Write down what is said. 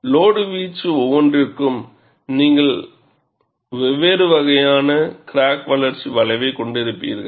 load வீச்சு ஒவ்வொன்றிற்கும் நீங்கள் வெவ்வேறு வகையான கிராக் வளர்ச்சி வளைவைக் கொண்டிருப்பீர்கள்